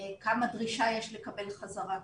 כמה דרישה יש לקבל חזרה,